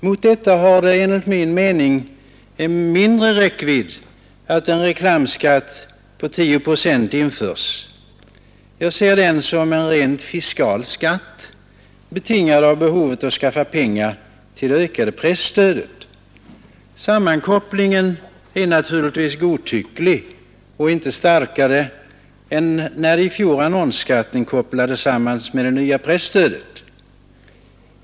Mot detta har det enligt min mening mindre räckvidd att en reklamskatt på 10 procent införs. Jag ser den främst som en fiskal skatt, betingad av behovet att skaffa pengar till det ökade presstödet. Sammankopplingen är naturligtvis godtycklig och inte starkare än när i fjol annonsskatten kopplades samman med det nya presstödet.